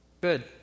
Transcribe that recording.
Good